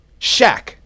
Shaq